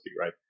right